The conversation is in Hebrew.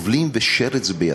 טובלים ושרץ בידכם.